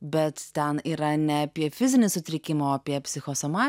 bet ten yra ne apie fizinį sutrikimą o apie psichosomatiką